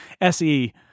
SE